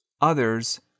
others